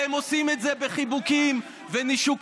והם עושים את זה בחיבוקים ונישוקים.